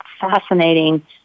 fascinating